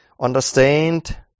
understand